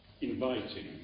inviting